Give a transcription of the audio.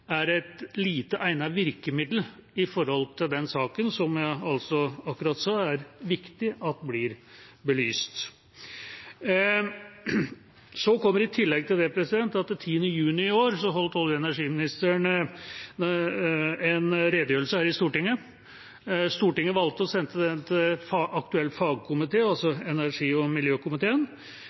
er et lite egnet virkemiddel i denne saken, som jeg akkurat sa er viktig blir belyst. I tillegg til det kommer at 10. juni i år holdt olje- og energiministeren en redegjørelse her i Stortinget. Stortinget valgte å sende den til aktuell fagkomité, altså energi- og miljøkomiteen.